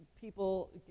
people